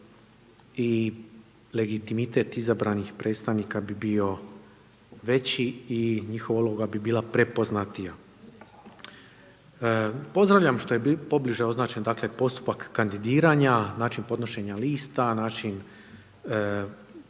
i legitimitet izabranih predstavnika bi bio veći i njihova uloga bi bila prepoznatija. Pozdravljam što je pobliže označen dakle postupak kandidiranja, način podnošenja lista, način